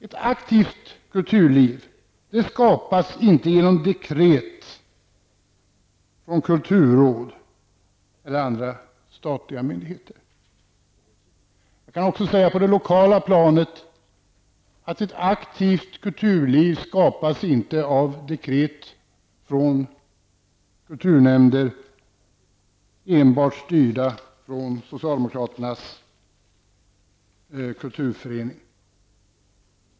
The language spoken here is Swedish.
Ett aktivt kulturliv skapas inte genom dekret från kulturråd eller andra statliga myndigheter. Jag kan också säga på det lokala planet att ett aktivt kulturliv skapas inte av dekret från kulturnämnder, enbart styrda från socialdemokraternas kulturförening.